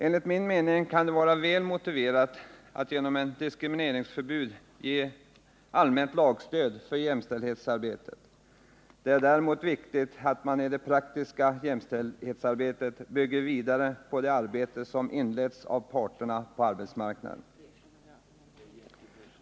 Enligt min mening kan det vara väl motiverat att genom ett diskrimineringsförbud ge ett allmänt lagstöd för jämställdhetsarbetet. Det är emellertid viktigt att man i det praktiska jämställdhetsarbetet bygger vidare på det arbete som inletts av parterna på arbetsmarknaden.